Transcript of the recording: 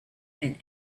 and